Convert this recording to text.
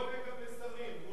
לא לגבי שרים.